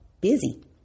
busy